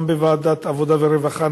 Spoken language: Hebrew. גם בוועדת העבודה והרווחה,